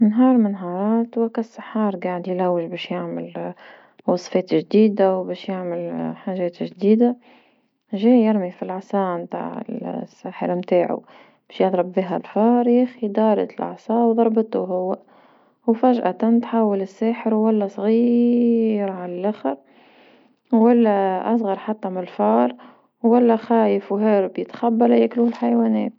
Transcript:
نهار من نهار كوكا سحار قاعد يلوج باش يعمل وصفات جديدة وباش يعمل حاجات جديدة، جاي يرمي في العصا نتاع الساحر نتاعو باش يضرب بيها الفار يا خي دارت العصا وضربتو هو، وفجأة تندحول الساحر ولا صغير على لخر ولا أصغر حتى من الفار ولا خايف وهارب يتخبى لياكلوه الحيوانات.